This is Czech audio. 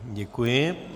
Děkuji.